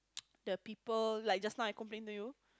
the people like just now I complain to you